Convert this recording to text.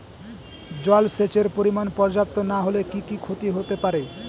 জলসেচের পরিমাণ পর্যাপ্ত না হলে কি কি ক্ষতি হতে পারে?